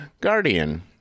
Guardian